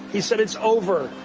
he said it's over.